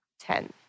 Ten